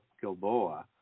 Gilboa